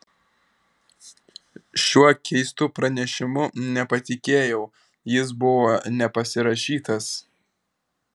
šiuo keistu pranešimu nepatikėjau jis buvo nepasirašytas